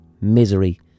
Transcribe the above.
misery